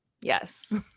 yes